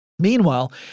Meanwhile